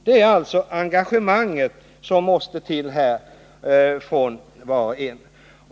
Det måste alltså till ett engagemang från var och en i dessa frågor.